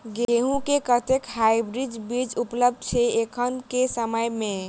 गेंहूँ केँ कतेक हाइब्रिड बीज उपलब्ध छै एखन केँ समय मे?